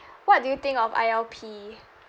what do you think of I_L_P